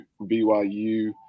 BYU